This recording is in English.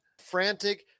frantic